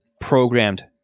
programmed